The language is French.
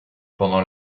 pendant